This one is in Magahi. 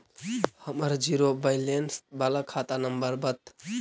हमर जिरो वैलेनश बाला खाता नम्बर बत?